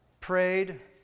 prayed